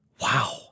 Wow